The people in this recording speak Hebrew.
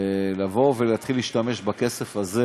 לבוא ולהתחיל להשתמש בכסף הזה,